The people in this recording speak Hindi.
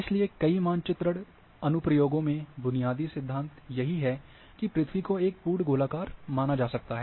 इसलिए कई मानचित्रण अनुप्रयोगों में बुनियादी सिद्धांत यही हैं की पृथ्वी को एक पूर्ण गोलाकार माना जा सकता है